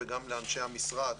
וגם לאנשי המשרד.